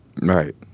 right